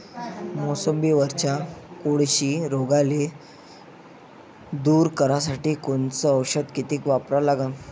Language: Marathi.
मोसंबीवरच्या कोळशी रोगाले दूर करासाठी कोनचं औषध किती वापरा लागन?